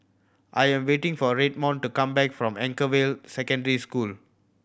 I am waiting for Redmond to come back from Anchorvale Secondary School